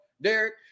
Derek